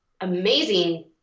amazing